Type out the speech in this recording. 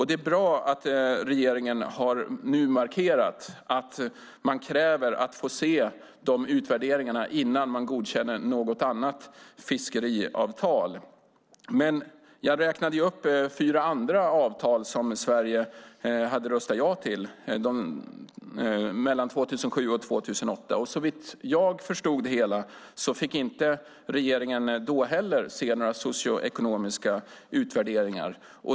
Det är bra att regeringen nu har markerat att man kräver att få se utvärderingarna innan man godkänner något annat fiskeavtal. Jag räknade upp fyra andra avtal som Sverige har röstat ja till 2007-2008. Så vitt jag förstod det hela fick regeringen inte heller då se några socioekonomiska utvärderingar.